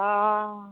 অ